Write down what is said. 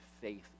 faith